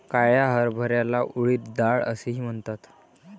काळ्या हरभऱ्याला उडीद डाळ असेही म्हणतात